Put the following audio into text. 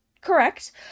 correct